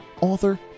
author